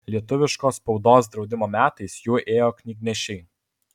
lietuviškos spaudos draudimo metais juo ėjo knygnešiai